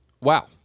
Wow